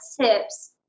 tips